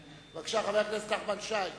בבקשה, חבר הכנסת נחמן שי.